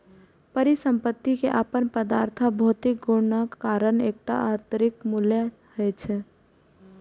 परिसंपत्ति के अपन पदार्थ आ भौतिक गुणक कारण एकटा आंतरिक मूल्य होइ छै